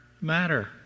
matter